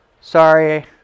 Sorry